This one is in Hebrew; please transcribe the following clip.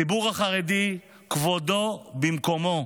הציבור החרדי כבודו במקומו